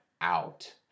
out